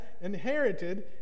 inherited